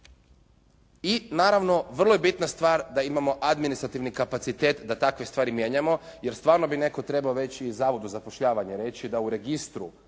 I naravno vrlo je bitna stvar da imamo administrativni kapacitet da takve stvari mijenjamo, jer stvarno bi netko trebao reći i Zavodu za zapošljavanje da u registru